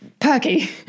perky